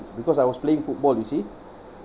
because I was playing football you see